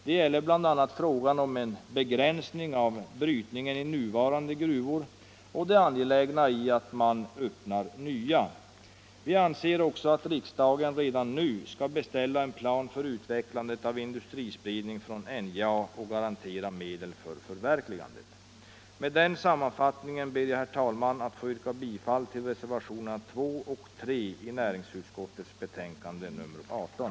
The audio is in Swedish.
Det gäller bl.a. frågan om en begränsning av brytningen i nuvarande gruvor och det angelägna i att man öppnar nya. Vi anser också att riksdagen redan nu skall beställa en plan för utvecklandet av industrispridning från NJA och garantera medel för förverkligandet. Med den sammanfattningen ber jag, herr talman, att få yrka bifall till reservationerna 2 och 3 vid näringsutskottets betänkande nr 18.